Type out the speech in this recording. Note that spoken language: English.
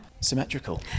symmetrical